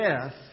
death